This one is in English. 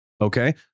Okay